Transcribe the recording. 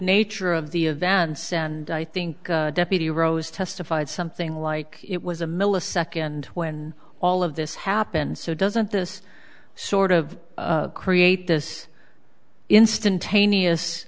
nature of the events and i think deputy rose testified something like it was a millisecond when all of this happened so doesn't this sort of create this instantaneous